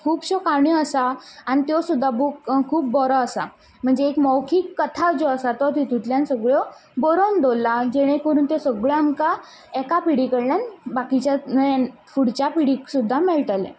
खुबश्यो काणयो आसा त्यो सुद्दा बूक बरो आसा म्हणजे एक मौखीक कथा ज्यो आसा त्यो तितूंतल्यान सगल्यो बरोवन दवरल्या जेणे करून त्यो सगळ्यो आमकां एका पिडी कडल्यान बाकीच्या फुडच्या पिडीक सुद्दां मेळटले